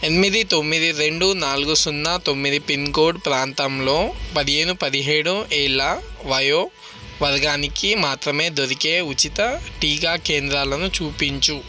ఎనిమిది తొమ్మిది రెండు నాలుగు సున్నా తొమ్మిది పిన్ కోడ్ ప్రాంతంలో పదిహేను పదిహేడు ఏళ్ల వయో వర్గానికి మాత్రమే దొరికే ఉచిత టీకా కేంద్రాలను చూపించు